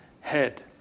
head